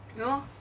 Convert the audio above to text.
you know